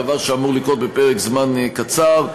דבר שאמור לקרות בפרק זמן קצר,